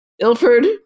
Ilford